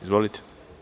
Izvolite.